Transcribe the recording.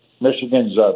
Michigan's